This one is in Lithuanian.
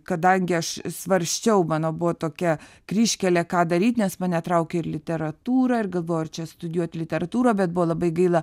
kadangi aš svarsčiau mano buvo tokia kryžkelė ką daryt nes mane traukė ir literatūra ir galvojau ar čia studijuot literatūrą bet buvo labai gaila